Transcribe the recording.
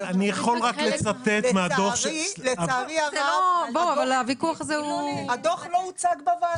אני יכול רק לצטט מהדוח --- לצערי הרב הדוח לא הוצג בוועדה.